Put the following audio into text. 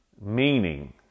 Meaning